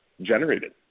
generated